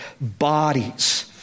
bodies